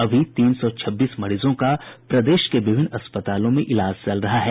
अभी तीन सौ छब्बीस मरीजों का प्रदेश के विभिन्न अस्पतालों में इलाज चल रहा है